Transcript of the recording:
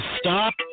Stop